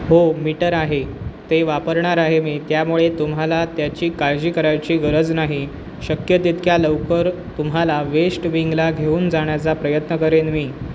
हो मीटर आहे ते वापरणार आहे मी त्यामुळे तुम्हाला त्याची काळजी करायची गरज नाही शक्य तितक्या लवकर तुम्हाला वेश्ट विंगला घेऊन जाण्याचा प्रयत्न करेन मी